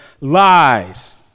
lies